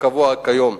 הקבועה כיום,